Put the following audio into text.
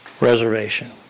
reservation